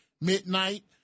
midnight